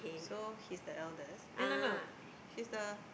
so he's the eldest eh no no he's the